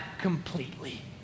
completely